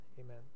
Amen